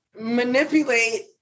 manipulate